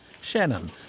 shannon